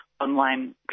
online